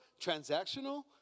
transactional